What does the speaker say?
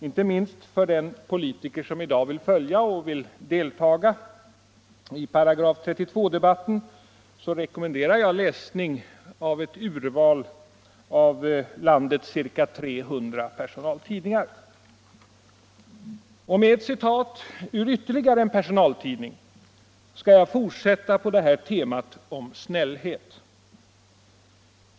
Inte minst för den politiker som i dag vill följa och deltaga i § 32-debatten rekommenderar jag läsning av ett urval av landets ca 300 personaltidningar. Med ett citat ur ytterligare en personaltidning skall jag fortsätta på det här temat om snällhet.